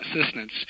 assistance